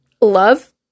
love